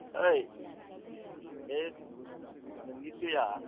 ओइ बे नोंनि दैया